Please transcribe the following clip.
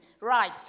Right